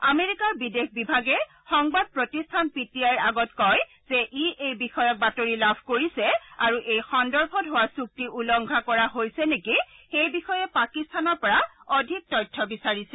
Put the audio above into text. আমেৰিকাৰ বিদেশ বিভাগে সংবাদ প্ৰতিষ্ঠান পি টি আইৰ আগত কয় যে ই এই বিষয়ক বাতৰি লাভ কৰিছে আৰু এই সন্দৰ্ভত হোৱা চুক্তি উলংঘা কৰা হৈছে নেকি সেই বিষয়ে পাকিস্তানৰ পৰা অধিক তথ্য বিচাৰিছে